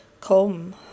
come